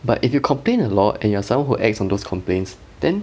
but if you complain a lot and you are someone who acts on those complaints then